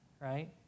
right